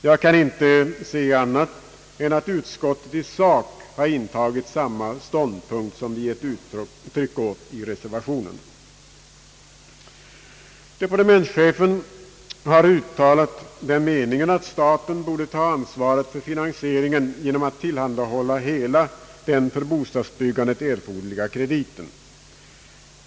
Jag kan inte se annat än att utskottet i sak har intagit samma ståndpunkt som vi ger uttryck åt i reservationen. Departementschefen har uttalat den meningen, att staten borde ta ansvaret för finansieringen genom att tillhandahålla hela den för bostadsbyggandet erforderliga krediten.